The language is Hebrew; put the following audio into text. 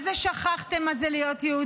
מה זה שכחתם מה זה להיות יהודים.